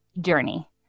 journey